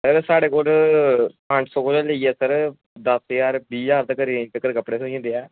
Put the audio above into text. अ साढ़े कोल पंज सौ कोला लेइयै सर दस्स ज्हार बाह् ज्हार रेंज़ धोड़ी कपड़े थ्होई जंदे आ